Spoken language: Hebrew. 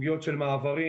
מעברים